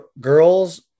Girls –